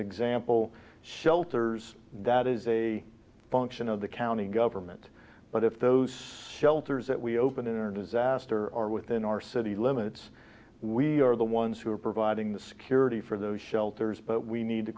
example shelters that is a function of the county government but if those shelters that we opened in our disaster are within our city limits we are the ones who are providing the security for those shelters but we need to